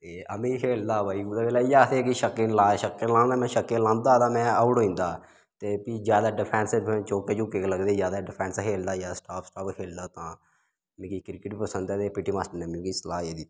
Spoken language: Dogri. ते अम्मीं खेलदा हा भाई कुतै बेल्लै इ'यै आखदे न कि छक्के नी लां में छक्के लां ते में आउट होई जंदा ते फ्ही ज्यादा डिफैंस चौके चुके गै लगदे ज्यादा डिफैंस खेलदा हा ज्यादा स्टाप स्टाप गै खेलदा हा तां मिगी क्रिकेट पंसद ऐ ते पी टी मास्टर ने मिगी सलाह् एह् दित्ती